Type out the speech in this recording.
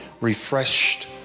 refreshed